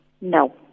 No